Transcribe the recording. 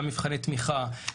גם מבחני תמיכה,